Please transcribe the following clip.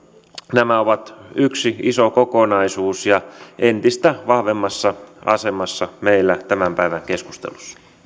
nämä ovat yksi iso kokonaisuus ja entistä vahvemmassa asemassa meillä tämän päivän keskustelussa